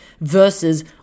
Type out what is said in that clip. versus